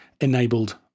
enabled